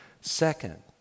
Second